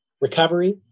recovery